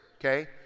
okay